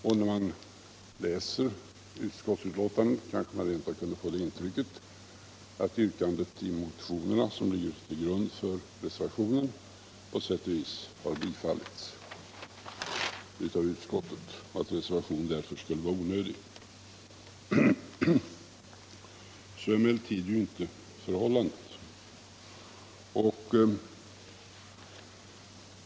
Och när man läser utskottets betänkande kanske man rent av kan få intrycket att de motionsyrkanden som ligger till grund för reservationen på sätt och vis har tillstyrkts av utskottet och att reservationen därför skulle vara onödig. Så är emellertid inte förhållandet.